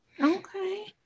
Okay